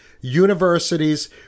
universities